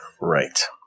Right